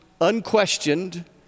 unquestioned